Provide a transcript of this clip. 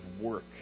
work